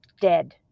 dead